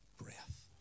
breath